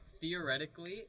theoretically